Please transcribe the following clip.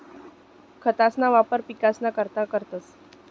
खतंसना वापर पिकसना करता करतंस